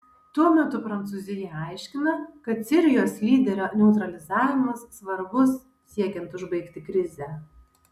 tuo metu prancūzija aiškina kad sirijos lyderio neutralizavimas svarbus siekiant užbaigti krizę